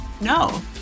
No